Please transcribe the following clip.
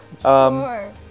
Sure